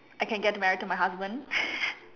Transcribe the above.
I can get married to my husband